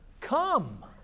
Come